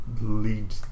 lead